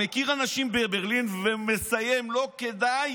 הוא מכיר אנשים בברלין, ומסיים: לא כדאי,